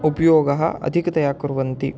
उपयोगं अधिकतया कुर्वन्ति